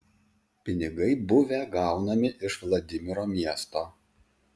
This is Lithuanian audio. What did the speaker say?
pinigai buvę gaunami iš vladimiro miesto